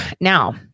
Now